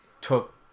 took